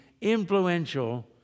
influential